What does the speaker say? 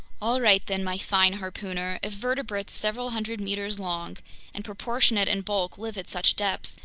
all right then, my fine harpooner, if vertebrates several hundred meters long and proportionate in bulk live at such depths,